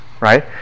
right